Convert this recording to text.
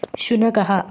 शुनकः